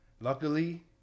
Luckily